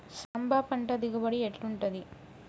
సాంబ పంట దిగుబడి ఎట్లుంటది?